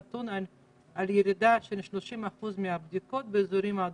נתון על ירידה של 30% מהבדיקות באזורים האדומים,